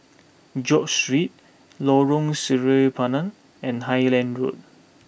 George Street Lorong Sireh Pinang and Highland Road